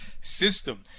system